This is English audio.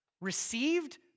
received